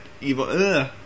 Evil